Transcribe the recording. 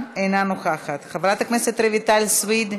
אינו נוכח, חבר הכנסת אוסאמה סעדי,